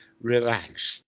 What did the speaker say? relax